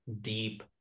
deep